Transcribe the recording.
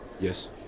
Yes